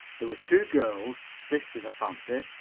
there were two girls, sisters, i fancy,